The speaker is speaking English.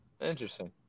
interesting